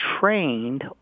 trained